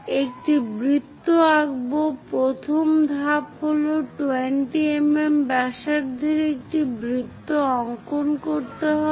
একটি বৃত্ত আঁকবো প্রথম ধাপ হল 20 mm ব্যাসার্ধ এর একটি বৃত্ত অঙ্কন করতে হবে